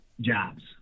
jobs